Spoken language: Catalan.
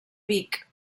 vic